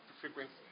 frequency